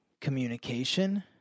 communication